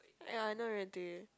ya I not ready